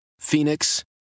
Phoenix